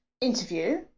interview